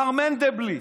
מר מנדלבליט,